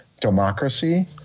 democracy